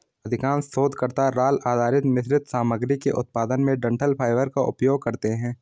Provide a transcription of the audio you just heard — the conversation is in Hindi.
अधिकांश शोधकर्ता राल आधारित मिश्रित सामग्री के उत्पादन में डंठल फाइबर का उपयोग करते है